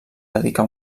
dedicà